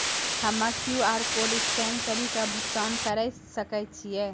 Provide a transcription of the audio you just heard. हम्मय QR code scan कड़ी के भुगतान करें सकय छियै?